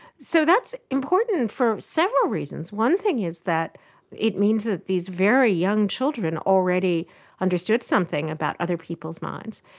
so that's important for several reasons. one thing is that it means that these very young children already understood something about other people's minds,